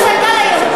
ליהודים,